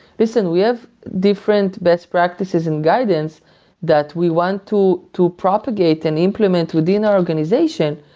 listen, we have different best practices and guidance that we want to to propagate and implement within our organization,